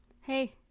Hey